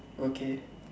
okay